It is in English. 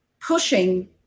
pushing